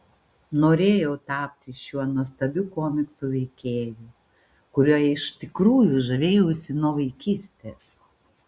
norėjau tapti šiuo nuostabiu komiksų veikėju kuriuo iš tikrųjų žavėjausi nuo vaikystės